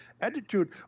attitude